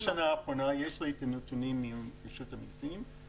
יש לי נתונים מרשות המסים מחצי השנה האחרונה,